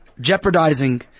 jeopardizing